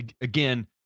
again